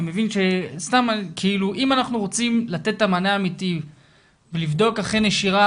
אם אנחנו רוצים לתת את המענה האמיתי ולבדוק אכן נשירה